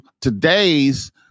today's